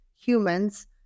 humans